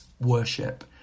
worship